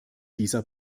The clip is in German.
dieser